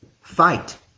fight